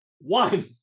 one